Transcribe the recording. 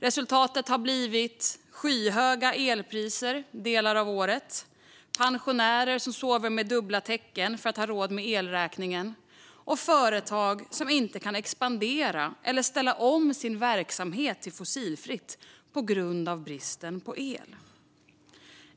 Resultatet har blivit skyhöga elpriser under delar av året, pensionärer som sover med dubbla täcken för att ha råd med elräkningen och företag som inte kan expandera eller ställa om sin verksamhet till fossilfritt på grund av bristen på el.